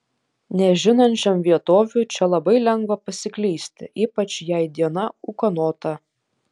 nežinančiam vietovių čia labai lengva pasiklysti ypač jei diena ūkanota